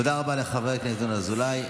תודה רבה לחבר הכנסת ינון אזולאי.